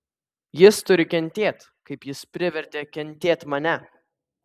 jis turi kentėt kaip jis privertė kentėt mane